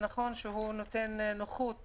שנכון שהוא נותן נוחות